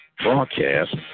Broadcast